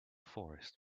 forest